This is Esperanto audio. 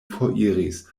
foriris